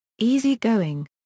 easy-going